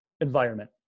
environment